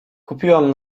kupiłam